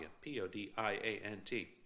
P-O-D-I-A-N-T